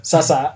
Sasa